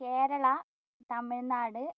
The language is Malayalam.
കേരള തമിഴ്നാട്